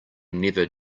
never